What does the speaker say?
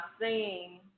seeing